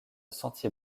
sentier